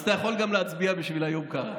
אז אתה יכול גם להצביע בשביל איוב קרא.